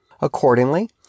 Accordingly